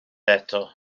eto